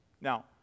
Now